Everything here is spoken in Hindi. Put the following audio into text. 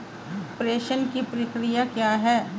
प्रेषण की प्रक्रिया क्या है?